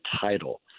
title